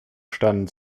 standen